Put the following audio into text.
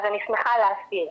אני שמחה להסביר.